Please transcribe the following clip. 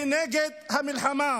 היא נגד המלחמה,